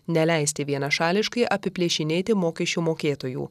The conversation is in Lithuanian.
neleisti vienašališkai apiplėšinėti mokesčių mokėtojų